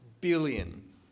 billion